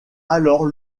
alors